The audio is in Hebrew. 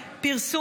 רצינית?